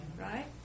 right